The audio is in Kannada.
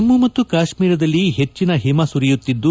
ಜಮ್ಮ ಮತ್ತು ಕಾಶ್ಮೀರದಲ್ಲಿ ಹೆಚ್ಚಿನ ಹಿಮ ಸುರಿಯುತ್ತಿದ್ದು